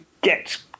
get